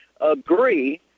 agree